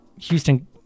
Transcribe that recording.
Houston